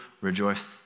rejoice